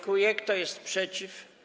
Kto jest przeciw?